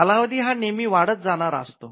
कालावधी हा नेहमी वाढत जाणारा असतो